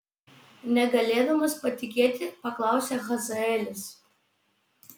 negalėdamas patikėti paklausė hazaelis